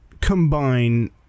Combine